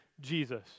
Jesus